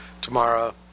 Tomorrow